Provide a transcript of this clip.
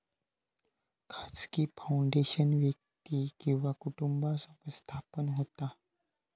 खाजगी फाउंडेशन व्यक्ती किंवा कुटुंबासोबत स्थापन होता